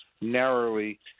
narrowly